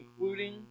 including